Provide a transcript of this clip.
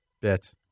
bit